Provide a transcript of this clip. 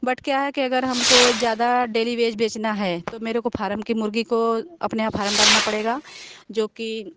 but क्या है कि अगर हमको ज़्यादा डेली वेज बेचना है तो मेरे को फॉरम की मुर्गी को अपने यहाँ फॉरम डालना पड़ेगा जो कि